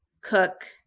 cook